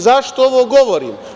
Zašto ovo govorim?